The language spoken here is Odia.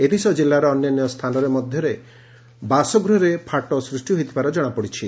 ଏଥିସହ ଜିଲ୍ଲାର ଅନ୍ୟାନ୍ୟ ସ୍ରାନରେ ମଧ୍ଧରେ ବାସଗୃହରେ ଫାଟ ସୃଷ୍ଟି ହୋଇଥିବା ଖବର ମିଳିଛି